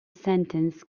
sentence